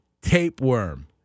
tapeworm